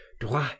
droit